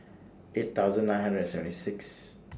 eight thousand nine hundred and seventy Sixth